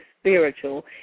spiritual